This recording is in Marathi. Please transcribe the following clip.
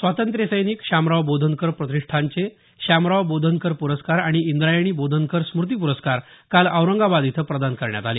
स्वातंत्र्यसैनिक श्यामराव बोधनकर प्रतिष्ठानचे श्यामराव बोधनकर प्रस्कार आणि इंद्रायणी बोधनकर स्मूती प्रस्कार काल औरंगाबाद इथं प्रदान करण्यात आले